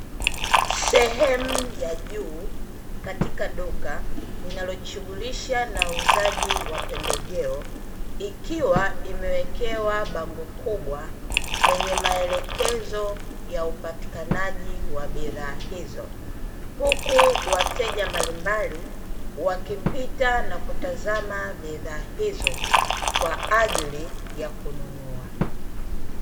Sehemu ya juu katika duka linalojishughulisha na uuzaji wa pembejeo, ikiwa imewekewa bango kubwa lenye maelekezo ya upatikanaji wa bidhaa hizo, huku wateja mbalimbali wakipita na kutazama bidhaa hizo kwa ajili ya kununua.